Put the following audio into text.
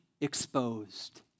exposed